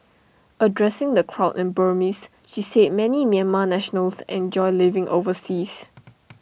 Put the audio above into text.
addressing the crowd in Burmese she said many Myanmar nationals enjoy living overseas